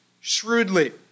shrewdly